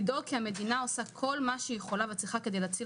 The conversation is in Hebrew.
לדאוג שהמדינה עושה כל מה שהיא יכולה וצריכה כדי להציל